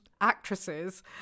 actresses